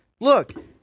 look